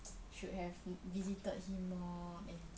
should have visited him more and